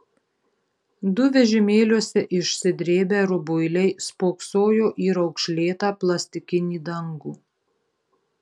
du vežimėliuose išsidrėbę rubuiliai spoksojo į raukšlėtą plastikinį dangų